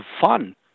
fun